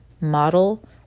model